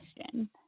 question